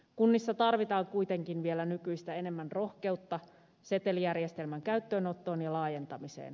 kunnissa tarvitaan kuitenkin vielä nykyistä enemmän rohkeutta setelijärjestelmän käyttöönottoon ja laajentamiseen